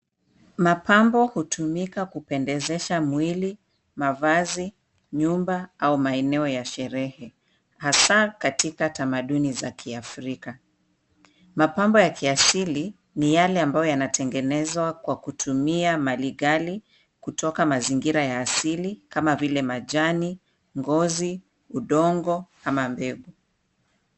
Mapambo hutumika kupendezesha mwili, mavazi, nyumba au maeneo ya sherehe hasa katika tamaduni za kiafrika. Mapambo ya kiasili ni yale ambayo yanatengenezwa kwa kutumia mali ghali kutoka kwa mazingira ya asili kama vile majani, ngozi, udongo ama mbegu.